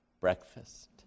breakfast